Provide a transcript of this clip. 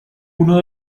uno